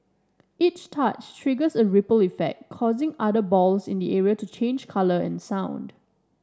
each touch triggers a ripple effect causing other balls in the area to change colour and sound